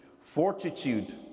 fortitude